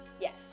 Yes